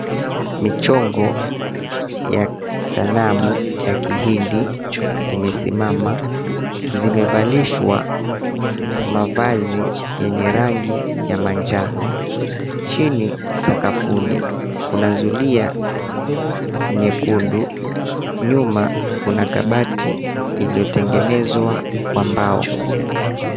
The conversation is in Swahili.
Michongo ya sanamu ya kihindi imesimama. Zimevalishwa mavazi yenye rangi ya manjano. Chini sakafuni kuna zulia nyekundu. Nyuma kuna kabati iliotengenezwa kwa mbao.